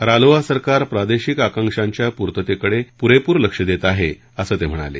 रालोआ सरकार प्रादेशिक आकांक्षांच्या पूर्ततेकडे पुरेपूर लक्ष देत आहे असं ते म्हणाले